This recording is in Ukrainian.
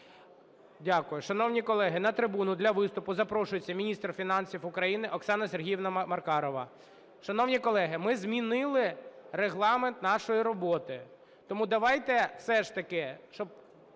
Дякую. Шановні колеги, на трибуну для виступу запрошується міністр фінансів України Оксана Сергіївна Маркарова. Шановні колеги, ми змінили регламент нашої роботи, тому давайте все ж таки,